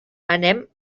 anem